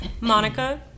monica